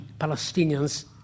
Palestinians